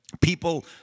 People